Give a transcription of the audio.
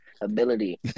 ability